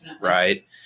right